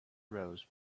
rose